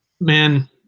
man